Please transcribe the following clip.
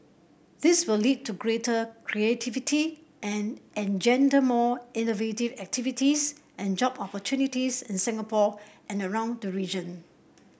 this will lead to greater creativity and engender more innovative activities and job opportunities in Singapore and around the region